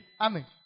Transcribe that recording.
Amen